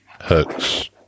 hooks